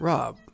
Rob